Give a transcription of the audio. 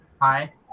hi